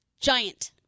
Giant